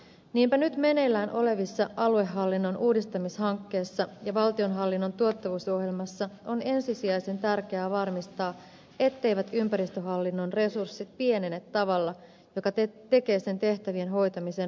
niinpä nyt meneillään olevissa aluehallinnon uudistamishankkeessa ja valtionhallinnon tuottavuusohjelmassa on ensisijaisen tärkeää varmistaa etteivät ympäristöhallinnon resurssit pienene tavalla joka tekee sen tehtävien hoitamisen mahdottomaksi